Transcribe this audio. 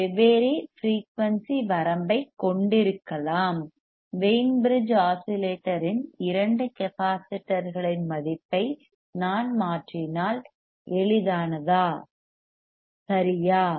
நாம் வெவ்வேறு ஃபிரெயூனிசி வரம்பைக் கொண்டிருக்கலாம் வெய்ன் பிரிட்ஜ் ஆஸிலேட்டரின் இரண்டு கெப்பாசிட்டர்களின் மதிப்பை நாம் மாற்றினால் எளிதானதா சரியா